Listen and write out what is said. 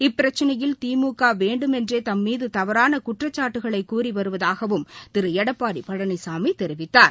இப்பிரச்சினையில் திமுக வேண்டுமென்றே தம்மீது தவறான குற்றச்சாட்டக்களை கூறி வருவதாகவும் திரு எடப்பாடி பழனிசாமி தெரிவித்தார்